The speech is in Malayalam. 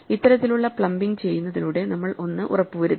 ഇത്തരത്തിലുള്ള പ്ലംബിംഗ് ചെയ്യുന്നതിലൂടെ നമ്മൾ ഒന്ന് ഉറപ്പു വരുത്തി